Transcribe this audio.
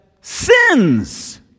sins